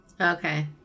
Okay